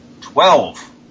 twelve